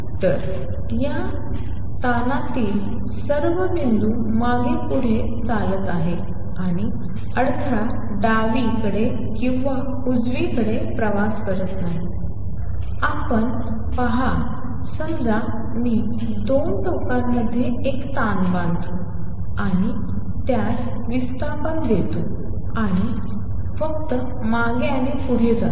तर या ताणातील सर्व बिंदू मागे पुढे चालत आहेत आणि अडथळा डावीकडे किंवा उजवीकडे प्रवास करत नाही आपण यात पहा समजा मी 2 टोकांमध्ये एक ताण बांधतो आणि त्यास विस्थापन देतो आणि फक्त मागे आणि पुढे जातो